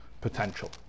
potential